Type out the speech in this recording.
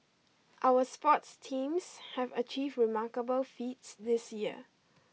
our sports teams have achieved remarkable feats this year